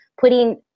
putting